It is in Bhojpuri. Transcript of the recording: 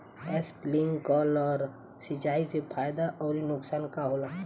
स्पिंकलर सिंचाई से फायदा अउर नुकसान का होला?